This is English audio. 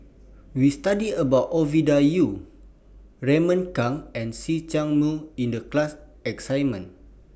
We studied about Ovidia Yu Raymond Kang and See Chak Mun in The class assignment